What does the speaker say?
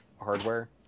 hardware